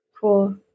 cool